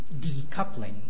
decoupling